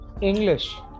English